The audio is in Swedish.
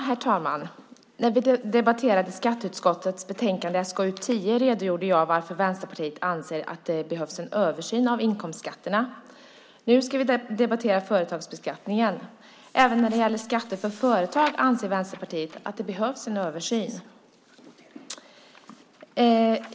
Herr talman! När vi debatterade skatteutskottets betänkande SkU10 redogjorde jag för varför Vänsterpartiet anser att det behövs en översyn av inkomstskatterna. Nu ska vi debattera företagsbeskattningen. Även när det gäller skatter för företag anser Vänsterpartiet att det behövs en översyn.